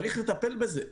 צריך לטפל בזה.